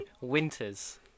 Winters